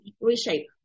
reshape